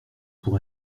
pour